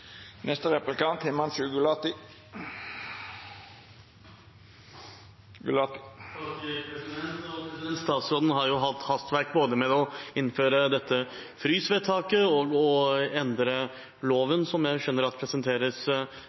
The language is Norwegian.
Statsråden har hatt hastverk både med å innføre dette frysvedtaket og å endre loven, som jeg skjønner at presenteres